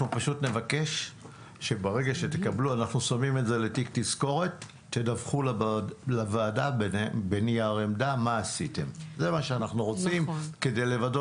אנחנו פשוט נבקש שברגע שתקבלו תדווחו לוועדה מה עשיתם בנייר עמדה.